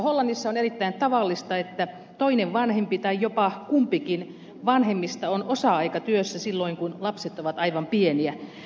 hollannissa on erittäin tavallista että toinen vanhempi tai jopa kumpikin vanhemmista on osa aikatyössä silloin kun lapset ovat aivan pieniä